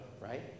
right